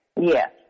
Yes